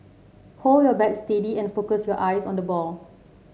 hold your bat steady and focus your eyes on the ball